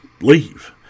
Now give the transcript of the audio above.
leave